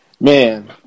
Man